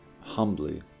humbly